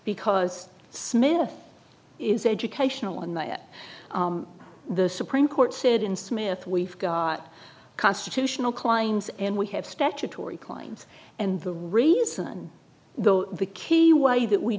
because smith is educational and that the supreme court said in smith we've got constitutional kline's and we have statutory claims and the reason the the key way that we